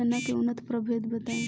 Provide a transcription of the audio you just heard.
चना के उन्नत प्रभेद बताई?